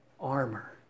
armor